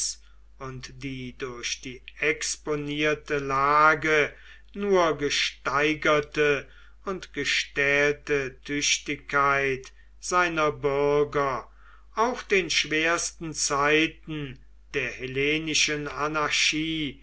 und die durch die exponierte lage nur gesteigerte und gestählte tüchtigkeit seiner bürger auch den schwersten zeiten der hellenischen anarchie